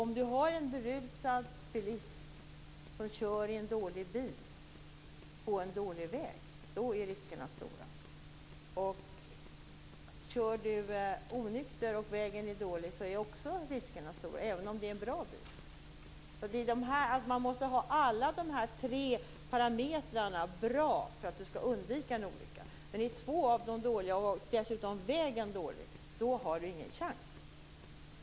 Med en berusad bilist som kör i en dålig bil på en dålig väg är riskerna stora. Om man kör onykter på en dålig väg är riskerna också stora, även om bilen är bra. Man måste ha bra parametrar på alla de här tre punkterna för att undvika en olycka, men om två av dem är dåliga och dessutom vägen är dålig, har man inte en chans.